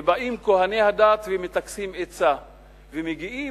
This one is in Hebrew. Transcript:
באים כוהני הדת ומטכסים עצה ומגיעים